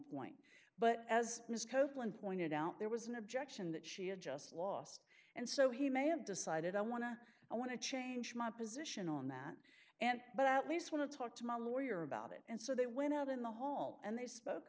copeland pointed out there was an objection that she had just lost and so he may have decided i want to i want to change my position on that and but at least want to talk to my lawyer about it and so they went out in the hall and they spoke